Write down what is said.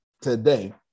today